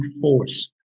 force